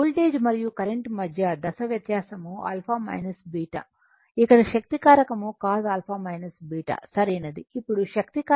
voltage మరియు current మధ్య దశ వ్యత్యాసం α β ఇక్కడ శక్తి కారకం cos α β సరైనది